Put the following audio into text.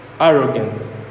arrogance